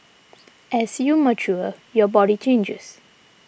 as you mature your body changes